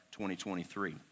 2023